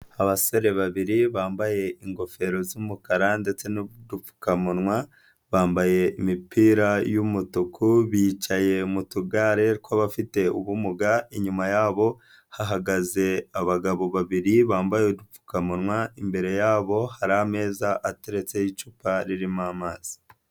Abasore babiri bambaye ingofero z'umukara ndetse n'udupfukamunwa, bambaye imipira y'umutuku, bicaye mu tugare tw'abafite ubumuga, inyuma yabo hahagaze abagabo babiri bambaye udupfukamunwa, imbere yabo hari ameza ateretseho icupa ririmo amazi.